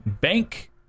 Bank